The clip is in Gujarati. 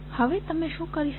હવે તમે શું કરી શકો